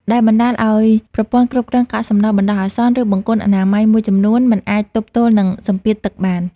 ដែលបណ្តាលឱ្យប្រព័ន្ធគ្រប់គ្រងកាកសំណល់បណ្តោះអាសន្ន ឬបង្គន់អនាម័យមួយចំនួន មិនអាចទប់ទល់នឹងសម្ពាធទឹកបាន។